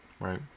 Right